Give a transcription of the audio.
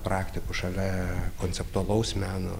praktikų šalia konceptualaus meno